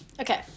okay